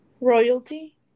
Royalty